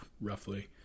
roughly